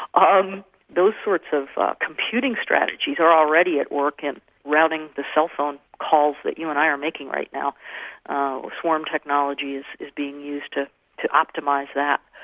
um those sorts of computing strategies are already at work in routing the cell phone calls that you and i are making right now swarm technologies are being used to to optimise that.